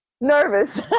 Nervous